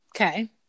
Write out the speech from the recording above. Okay